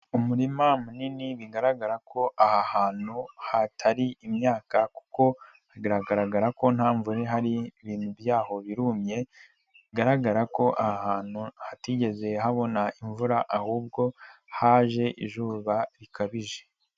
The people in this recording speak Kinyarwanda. Umurima munini bigaragara ko aha hantu hatari imyaka kuko hagaragara ko nta mvura ihari, ibintu byaho birumye bigaragara ko aha hantu hatigeze habona imvura ahubwo haje izuba rikabije.